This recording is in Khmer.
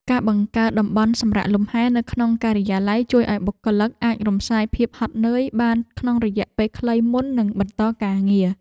ការបង្កើតតំបន់សម្រាកលម្ហែនៅក្នុងការិយាល័យជួយឱ្យបុគ្គលិកអាចរំសាយភាពហត់នឿយបានក្នុងរយៈពេលខ្លីមុននឹងបន្តការងារ។